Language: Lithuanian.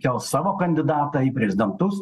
kels savo kandidatą į prezidentus